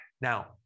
Now